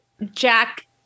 Jack